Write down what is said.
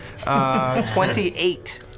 28